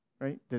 right